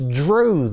drew